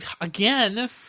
Again